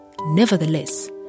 Nevertheless